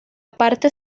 parte